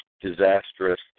disastrous